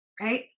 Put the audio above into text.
right